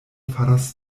faras